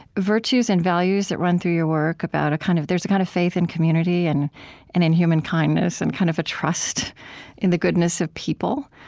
virtues and values that run through your work about a kind of there's a kind of faith in community, and and in human kindness, and kind of a trust in the goodness of people.